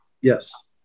Yes